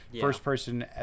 first-person